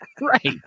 Right